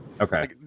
Okay